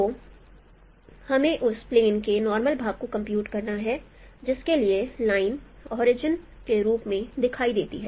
तो हमें उस प्लेन के नॉर्मल भाग को कंप्यूट करना है जिसके लिए लाइन होरिजन के रूप में दिखाई देती है